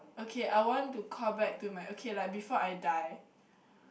okay I want to call back to my okay like before I die